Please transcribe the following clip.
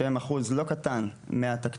שהם אחוז לא קטן מהתקציב,